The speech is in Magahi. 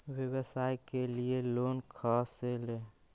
व्यवसाय के लिये लोन खा से ले?